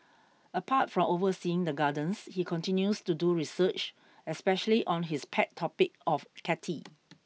apart from overseeing the Gardens he continues to do research especially on his pet topic of catty